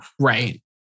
Right